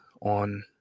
on